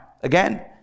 again